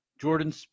Jordan